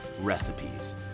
recipes